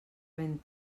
ben